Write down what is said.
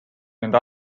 nende